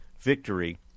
victory